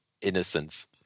innocence